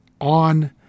on